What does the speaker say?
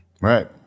Right